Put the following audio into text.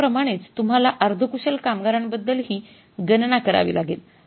त्याप्रमाणेच तुम्हाला अर्धकुशल कामगारांबद्दल हि गणना करावी लागेल